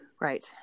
Right